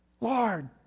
Lord